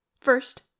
First